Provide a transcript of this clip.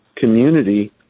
community